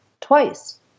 twice